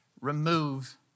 remove